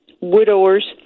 widowers